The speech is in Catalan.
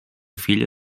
filla